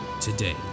today